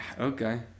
Okay